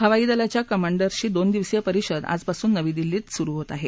हवाई दलाच्या कमांडर्सची दोन दिवसीय परिषद आजपासून नवी दिल्ली धिं सुरु होत आहे